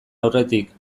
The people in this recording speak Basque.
aurretik